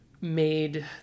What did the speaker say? made